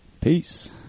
Peace